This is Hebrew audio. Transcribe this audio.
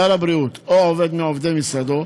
שר הבריאות או עובד מעובדי משרדו,